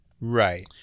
right